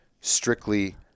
strictly